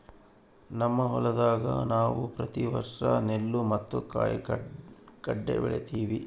ನಮ್ಮ ಹೊಲದಾಗ ನಾವು ಪ್ರತಿ ವರ್ಷ ನೆಲ್ಲು ಮತ್ತೆ ಕಾಯಿಗಡ್ಡೆ ಬೆಳಿತಿವಿ